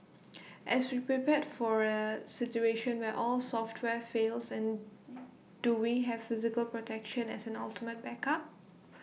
as we prepared for A situation where all software fails and do we have physical protection as an ultimate backup